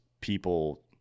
people